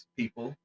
people